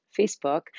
Facebook